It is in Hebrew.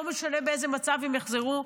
לא משנה באיזה מצב הם יחזרו.